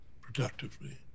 productively